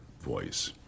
voice